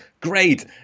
Great